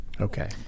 Okay